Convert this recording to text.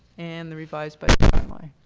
and the revised but